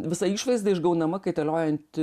visa išvaizda išgaunama kaitaliojant